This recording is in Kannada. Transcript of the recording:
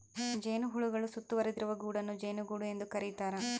ಜೇನುಹುಳುಗಳು ಸುತ್ತುವರಿದಿರುವ ಗೂಡನ್ನು ಜೇನುಗೂಡು ಎಂದು ಕರೀತಾರ